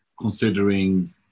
considering